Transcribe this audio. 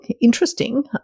interesting